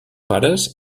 pares